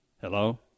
Hello